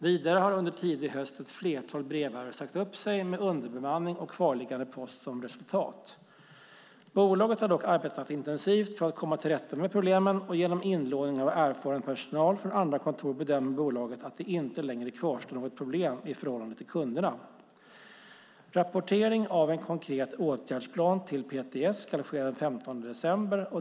Vidare har under tidig höst ett flertal brevbärare sagt upp sig med underbemanning och kvarliggande post som resultat. Bolaget har dock arbetat intensivt för att komma till rätta med problemen, och genom inlåning av erfaren personal från andra kontor bedömer bolaget att det inte längre kvarstår något problem i förhållande till kunderna. Rapportering av en konkret åtgärdsplan till PTS ska ske den 15 december.